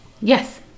Yes